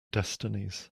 destinies